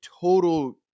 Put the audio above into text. total